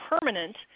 permanent